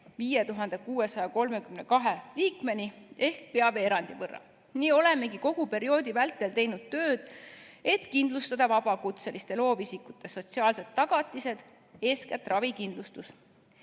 5632-ni ehk pea veerandi võrra. Me olemegi kogu perioodi vältel teinud tööd, et kindlustada vabakutseliste loovisikute sotsiaalsed tagatised, eeskätt ravikindlustus.